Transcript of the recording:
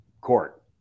court